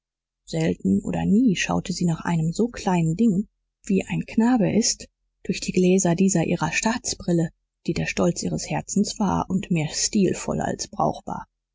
selten oder nie schaute sie nach einem so kleinen ding wie ein knabe ist durch die gläser dieser ihrer staatsbrille die der stolz ihres herzens war und mehr stilvoll als brauchbar